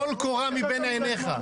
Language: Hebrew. טול קורה מבין עיניך.